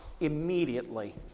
immediately